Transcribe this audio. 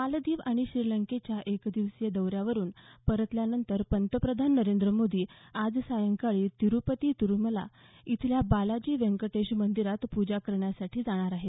मालदीव आणि श्रीलंकेच्या एकदिवसीय दौऱ्यावरून परतल्यानंतर पंतप्रधान नरेंद्र मोदी आज सायंकाळी तिरुपती तिरुमला इथल्या बालाजी व्यंकटेश मंदिरात पूजा करण्यासाठी जाणार आहेत